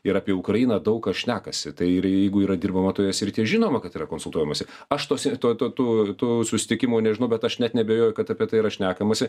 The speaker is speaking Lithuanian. ir apie ukrainą daug kas šnekasi tai ir jeigu yra dirbama toje srityje žinoma kad yra konsultuojamasi aš tose tų tų tų susitikimų nežinau bet aš net neabejoju kad apie tai yra šnekamasi